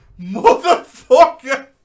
motherfucker